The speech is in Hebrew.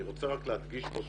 אני רוצה להדגיש כאן